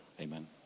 amen